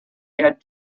had